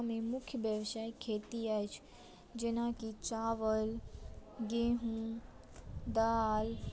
हमर सभकेँ इलाकामे मुख्य व्यवसाय खेती अछि जेनाकि चावल गेहूॅं दालि